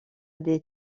des